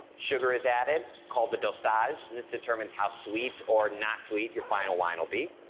sugar is added, called the dosage, this determines how sweet or not sweet your final wine will be.